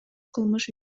кылмыш